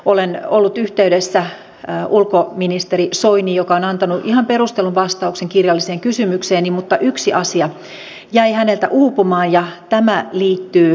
olen ollut yhteydessä ulkoministeri soiniin joka on antanut ihan perustellun vastauksen kirjalliseen kysymykseeni mutta yksi asia jäi häneltä uupumaan ja tämä liittyy pakkoavioliittoihin